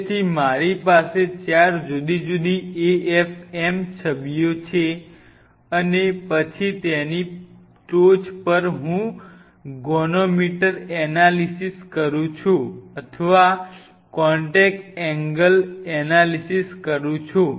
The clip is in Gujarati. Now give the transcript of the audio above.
તેથી મારી પાસે 4 જુદી જુદી AFM છબીઓ છે અને પછી તેની ટોચ પર હું ગોનોમીટર એનાલિસિસ કરું છું અથવા કોન્ટેક એંગલ એનાલિસિસ કરું છું